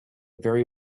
very